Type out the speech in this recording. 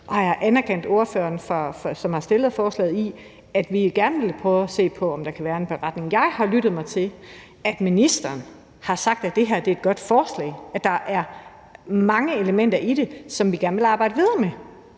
og jeg har anerkendt ordføreren, som har fremsat forslaget, og sagt, at vi gerne vil prøve at se på, om der kan laves en beretning. Jeg har lyttet mig til, at ministeren har sagt, at det her er et godt forslag, og at der er mange elementer i det, som man gerne vil arbejde videre med.